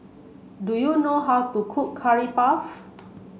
do you know how to cook curry puff